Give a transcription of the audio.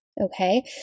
okay